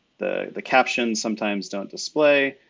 the the caption sometimes don't display.